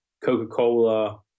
Coca-Cola